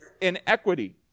inequity